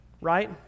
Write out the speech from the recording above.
right